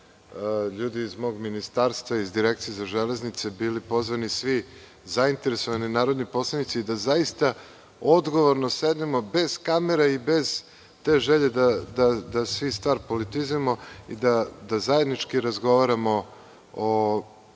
ljudi iz mog ministarstva i Direkcije za železnice bili pozvani svi zainteresovani narodni poslanici, da zaista odgovorno sednemo, bez kamera i bez te želje da stvar politizujemo i da zajednički razgovaramo o